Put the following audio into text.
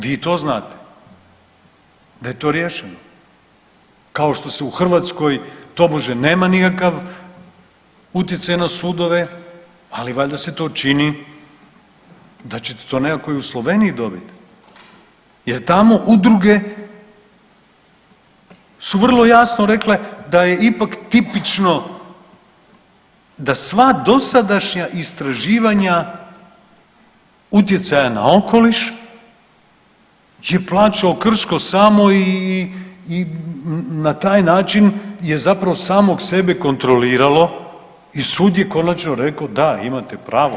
Vi i to znate da je to riješeno, kao što se u Hrvatskoj tobože nema nikakav utjecaj na sudove, ali valjda se to čini da ćete to nekako i u Sloveniji dobit jer tamo udruge su vrlo jasno rekle da je ipak tipično da sva dosadašnja istraživanja utjecaja na okoliš je plaćao Krško samo i na taj način je zapravo samog sebe kontroliralo i sud je konačno rekao da, imate pravo.